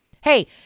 Hey